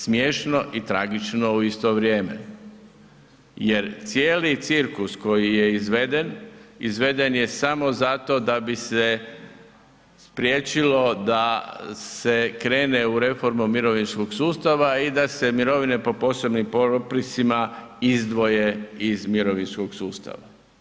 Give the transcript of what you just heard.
Smiješno i tragično u isto vrijeme, jer cijeli cirkus koji je izveden, izveden je samo zato da bi se spriječilo da se krene u reformu mirovinskog sustava i da se mirovine po posebnim propisima izdvoje iz mirovinskog sustava.